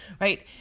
right